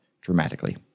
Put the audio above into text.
dramatically